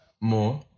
more